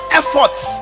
efforts